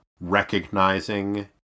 recognizing